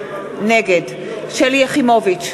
נגד שלי יחימוביץ,